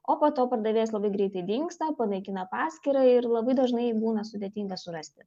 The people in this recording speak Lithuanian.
o po to pardavėjas labai greitai dingsta panaikina paskyrą ir labai dažnai būna sudėtinga surasti